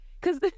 cause